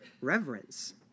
reverence